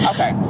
Okay